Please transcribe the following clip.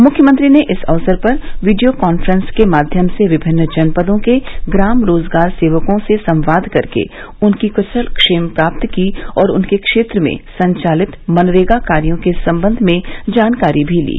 मुख्यमंत्री ने इस अवसर पर वीडियो कांफ्रेंस के माध्यम से विभिन्न जनपदों के ग्राम रोजगार सेवकों से संवाद करके उनकी क्शलक्षेम प्राप्त की और उनके क्षेत्र में संचालित मनरेगा कार्या के संबंध में जानकारी भी ली